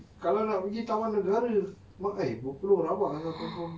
kalau nak pergi taman negara berpuluh lawa ah saya confirm